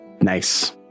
Nice